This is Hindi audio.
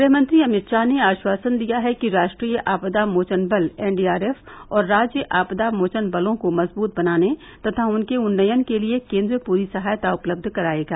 गृह मंत्री अमित शाह ने आश्वासन दिया है कि राष्ट्रीय आपदा मोचन बल एनडीआरएफ और राज्य आपदा मोचन बलों को मजबूत बनाने तथा उनके उन्नयन के लिए केंद्र पूरी सहायता उपलब्ध कराएगा